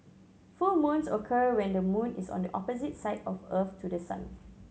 full moons occur when the moon is on the opposite side of Earth to the sun